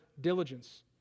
diligence